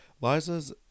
Liza's